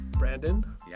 Brandon